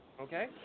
Okay